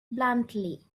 bluntly